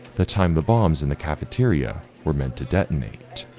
the time the bombs in the cafeteria were meant to detonate.